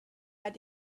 had